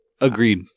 Agreed